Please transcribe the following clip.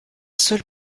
seul